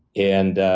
and